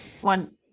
one